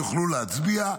יוכלו להצביע.